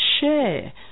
share